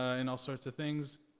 and all sorts of things.